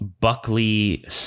Buckley